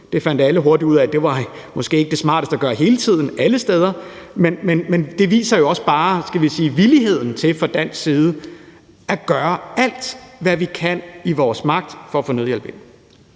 Det fandt alle hurtigt ud af måske ikke var det smarteste at gøre hele tiden alle steder. Men det viser jo også bare, skal vi sige villigheden til fra dansk side at gøre alt, hvad der står i vores magt, for at få nødhjælp ind.